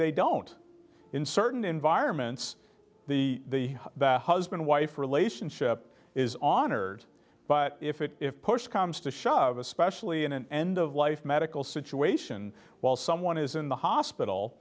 they don't in certain environments the husband wife relationship is on er but if it if push comes to shove especially in an end of life medical situation while someone is in the hospital